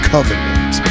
Covenant